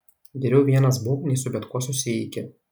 geriau vienas būk nei su bet kuo susieiki